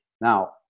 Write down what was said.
Now